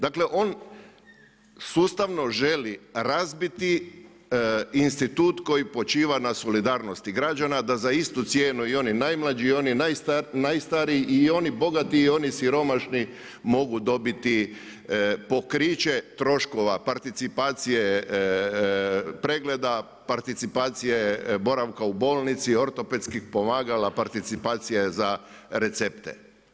Dakle on sustavno želi razbiti institut koji počiva na solidarnosti građana da za istu cijenu i oni najmlađi i oni najstariji i oni bogati i oni siromašni mogu dobiti pokriće troškova participacije pregleda, participacije boravka u bolnici, ortopedskih pomagala, participacije za recepte.